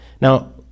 Now